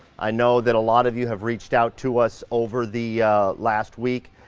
i know that a lot of you have reached out to us over the last week.